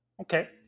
Okay